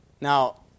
Now